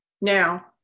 Now